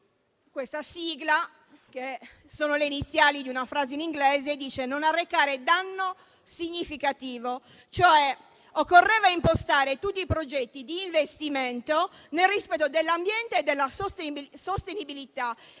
questa sigla, composta dalle iniziali di una frase in inglese, chiede di "non arrecare danno significativo". Occorreva cioè impostare tutti i progetti di investimento nel rispetto dell'ambiente e della sostenibilità.